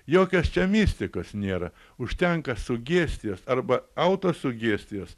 jokios čia mistikos nėra užtenka sugestijos arba autosugestijos